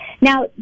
Now